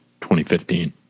2015